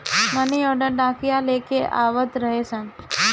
मनी order डाकिया लेके आवत रहने सन